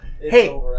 Hey